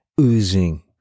oozing